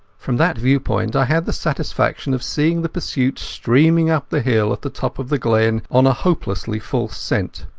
from that viewpoint i had the satisfaction of seeing the pursuit streaming up the hill at the top of the glen on a hopelessly false scent.